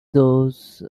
those